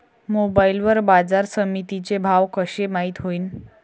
Mobile वर बाजारसमिती चे भाव कशे माईत होईन?